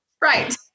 Right